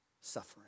suffering